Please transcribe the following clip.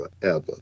forever